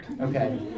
Okay